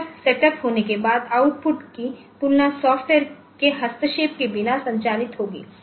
एक बार सेटअप होने के बाद आउटपुट की तुलना सॉफ्टवेयर के हस्तक्षेप के बिना संचालित होगी